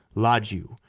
lodge you,